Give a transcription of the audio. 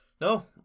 No